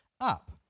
up